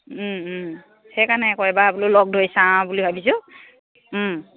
সেইকাৰণে আকৌ এইবাৰ বোলো লগ ধৰি চাওঁ বুলি ভাবিছোঁ